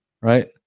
Right